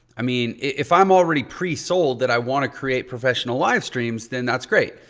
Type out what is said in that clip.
i mean if i'm already pre-sold that i want to create professional live streams, then that's great.